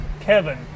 Kevin